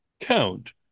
count